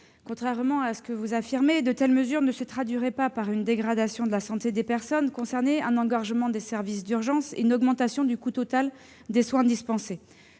contrairement à ce que vous affirmez, les mesures que vous présentez se traduiraient par une dégradation de la santé des personnes concernées, par un engorgement des services d'urgences et par une augmentation du coût total des soins dispensés.